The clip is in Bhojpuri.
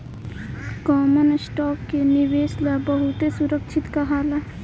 कॉमन स्टॉक के निवेश ला बहुते सुरक्षित कहाला